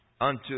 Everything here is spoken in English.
unto